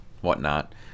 whatnot